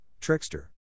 trickster